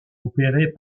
opérées